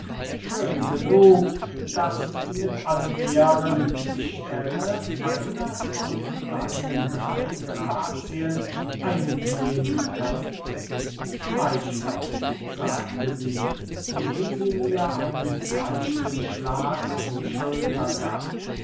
schön genug daß sie mit allen ehren die stelle einer von deinen drey grazien einnehmen könnte schmeichler sagte sie indem sie mir einen leichten schlag auf die schulter gab